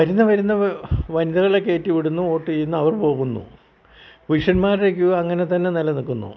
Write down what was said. വരുന്ന വരുന്ന വനിതകളെ കയറ്റി വിടുന്നു ഓട്ട് ചെയ്യുന്നു അവർ പോകുന്നു പുരുഷമാരുടെ ക്യൂ അങ്ങനെ തന്നെ നില നിൽക്കുന്നു